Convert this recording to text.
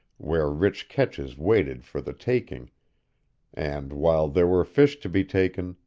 where rich catches waited for the taking and while there were fish to be taken,